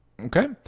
Okay